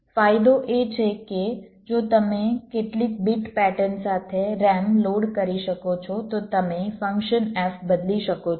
ફાયદો એ છે કે જો તમે કેટલીક બીટ પેટર્ન સાથે RAM લોડ કરી શકો છો તો તમે ફંકશન F બદલી શકો છો